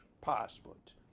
passport